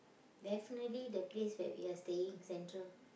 definitely the place where we are staying Central